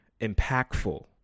impactful